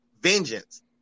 vengeance